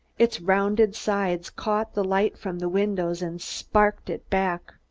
its rounded sides caught the light from the windows and sparkled it back.